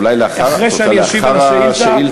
אחרי שאני אשיב על השאילתות,